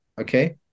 Okay